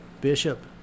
Bishop